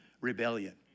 Rebellion